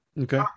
Okay